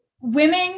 women